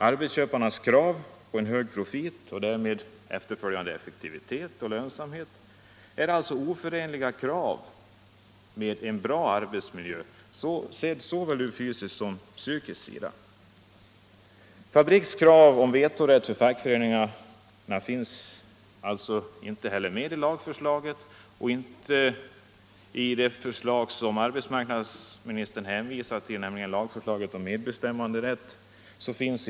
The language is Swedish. Arbetsköparnas krav på en hög profit och därmed effektivitet och lönsamhet är oförenliga med en bra arbetsmiljö, sett från såväl fysisk som psykisk synpunkt. Fabriks krav på vetorätt för fackföreningarna finns alltså inte med i lagförslaget, och inte heller i det förslag arbetsmarknadsministern hänvisar till, nämligen lagförslaget om medbestämmanderätt.